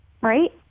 right